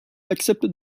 accepte